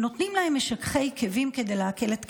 ונותנים להם משככי כאבים כדי להקל את כאביהם.